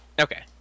Okay